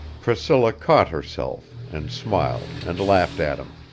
priscilla caught herself, and smiled, and laughed at him.